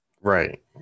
Right